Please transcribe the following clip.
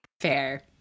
Fair